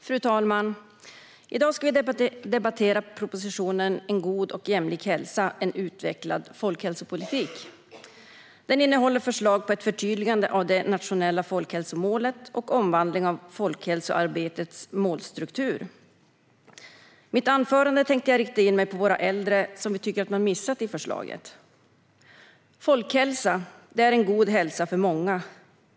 Fru talman! I dag ska vi debattera propositionen G od och jämlik hälsa - en utvecklad folkhälsopolitik . Den innehåller förslag på ett förtydligande av det nationella folkhälsomålet och omvandling av folkhälsoarbetets målstruktur. I mitt anförande tänkte jag rikta in mig på våra äldre, som vi tycker att man missat i förslaget. Folkhälsa är god hälsa för många.